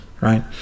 right